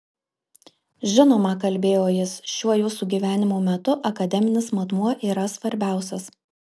žinoma kalbėjo jis šiuo jūsų gyvenimo metu akademinis matmuo yra svarbiausias